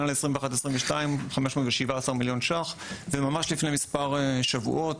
ל-21-22 517ב- מיליון ש"ח וממש לפני מספר שבועות,